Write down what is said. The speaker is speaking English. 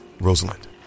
Rosalind